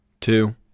two